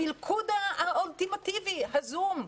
המלכוד האולטימטיבי, ה-זום.